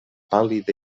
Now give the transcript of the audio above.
pàl·lida